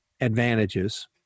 advantages